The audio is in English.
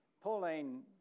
Pauline